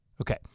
Okay